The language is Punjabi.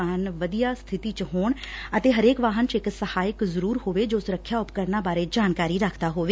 ਵਾਹਨ ਵਧੀਆ ਸਬਿਤੀ ਚ ਹੋਣ ਅਤੇ ਹਰੇਕ ਵਾਹਨ ਚ ਇਕ ਸਹਾਇਕ ਜ਼ਰੁਰ ਹੋਵੇ ਜੋ ਸੁਰੱਖਿਆ ਉਪਕਰਨਾਂ ਬਾਰੇ ਜਾਣਕਾਰੀ ਰੱਖਦਾ ਹੋਵੇ